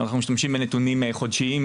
אנחנו משתמשים בנתונים חודשיים,